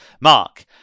Mark